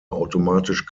automatisch